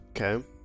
Okay